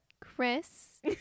chris